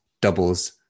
doubles